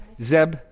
Zeb